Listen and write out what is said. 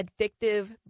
addictive